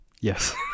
Yes